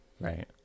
Right